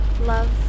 love